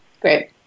Great